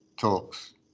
talks